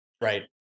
Right